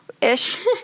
ish